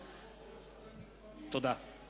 תודה.